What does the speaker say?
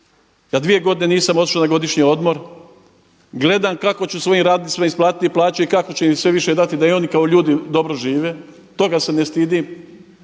ja dvije godine nisam otišao na godišnji odmor, gledam kako ću svojim radnicima isplatiti plaće i kako ću im sve više dati da i oni kao ljudi dobro žive, toga se ne stidim